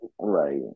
Right